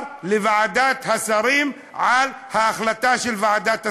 לוועדת השרים על ההחלטה של ועדת השרים.